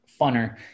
funner